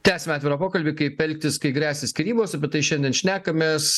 tęsiam atvirą pokalbį kaip elgtis kai gresia skyrybos apie tai šiandien šnekamės